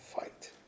fight